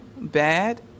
bad